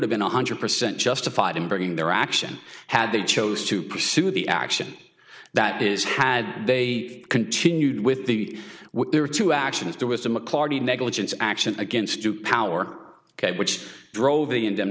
have been one hundred percent justified in bringing their action had they chose to pursue the action that is had they continued with the were there to action if there was a mclarty negligence action against two power which drove